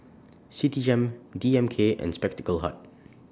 Citigem D M K and Spectacle Hut